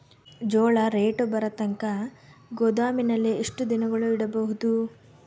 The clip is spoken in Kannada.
ಜೋಳ ರೇಟು ಬರತಂಕ ಗೋದಾಮಿನಲ್ಲಿ ಎಷ್ಟು ದಿನಗಳು ಯಿಡಬಹುದು?